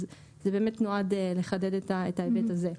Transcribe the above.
זה באמת נועד לחדד את ההיבט הזה.